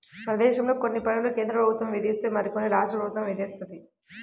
మనదేశంలో కొన్ని పన్నులు కేంద్రప్రభుత్వం విధిస్తే మరికొన్ని రాష్ట్ర ప్రభుత్వం విధిత్తది